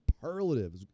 superlative